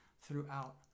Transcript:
throughout